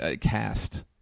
cast